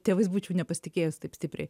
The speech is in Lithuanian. tėvais būčiau nepasitikėjus taip stipriai